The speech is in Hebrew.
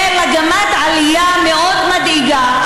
וגם מגמת עלייה מאוד מדאיגה,